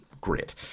great